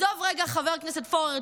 חבר הכנסת פורר,